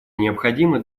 необходимо